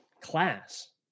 class